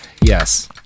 Yes